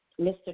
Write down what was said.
Mr